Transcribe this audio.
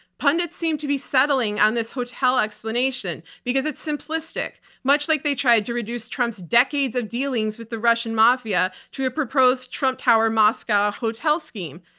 pundits seem to be settling on this hotel explanation because it's simplistic, much like they tried to reduce trump's decades of dealings with the russian mafia to a proposed trump tower moscow hotel scheme.